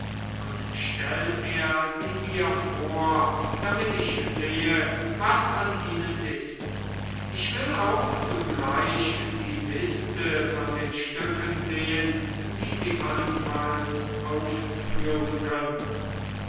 und stell er sie mir vor damit ich sehe was an ihnen ist ich will auch zugleich die liste von den stücken sehen die sie allenfalls aufführen könnten